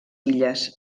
illes